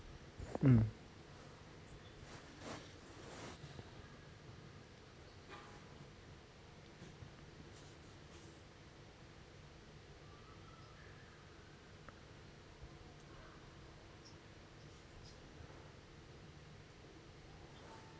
mm